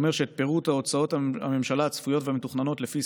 שאומר שפירוט הוצאות הממשלה הצפויות והמתוכננות לפי